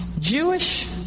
Jewish